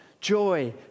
joy